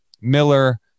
Miller